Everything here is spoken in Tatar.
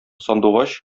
сандугач